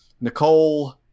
Nicole –